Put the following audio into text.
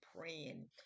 praying